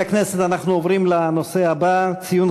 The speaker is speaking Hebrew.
נעבור להצעות לסדר-היום בנושא: ציון